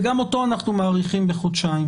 וגם אותו אנחנו מאריכים בחודשיים.